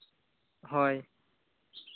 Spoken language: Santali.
ᱦᱳᱭ